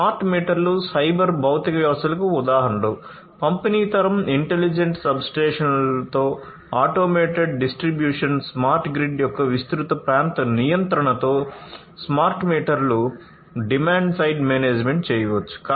smart మీటర్లు cyber భౌతిక వ్యవస్థలకు ఉదాహరణలు పంపిణీ తరం ఇంటెలిజెంట్ సబ్స్టేషన్లతో ఆటోమేటెడ్ డిస్ట్రిబ్యూషన్ స్మార్ట్ గ్రిడ్ యొక్క విస్తృత ప్రాంత నియంత్రణతో స్మార్ట్ మీటర్లు డిమాండ్ సైడ్ మేనేజ్మెంట్ చేయవచ్చు